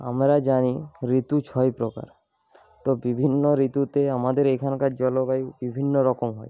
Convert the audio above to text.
আমরা জানি ঋতু ছয় প্রকার তো বিভিন্ন ঋতুতে আমাদের এখানকার জলবায়ু বিভিন্ন রকম হয়